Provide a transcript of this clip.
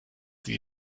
sie